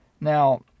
Now